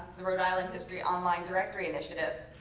the rhode island history online directory initiative,